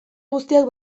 guztiak